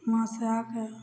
वहाँसँ आके